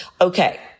Okay